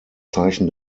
zeichen